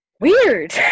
Weird